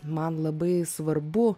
man labai svarbu